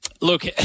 Look